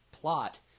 plot